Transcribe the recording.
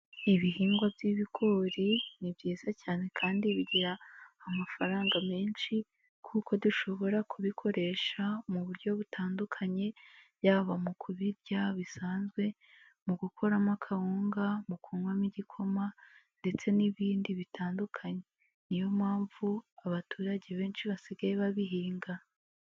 Ibihingwa by'ibigori ni byiza cyane kandi bigira amafaranga menshi, kuko dushobora kubikoresha mu buryo butandukanye, yaba mu kubirya bisanzwe, mugukoramo kawunga, mu kunywamo igikoma ndetse n'ibindi bitandukanye, niyo mpamvu abaturage benshi basigaye babihinga.